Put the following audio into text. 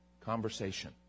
conversation